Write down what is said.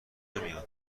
نمیان